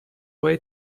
way